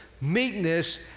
meekness